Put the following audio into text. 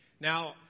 Now